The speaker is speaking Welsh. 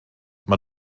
maen